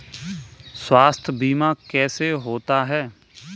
स्वास्थ्य बीमा कैसे होता है?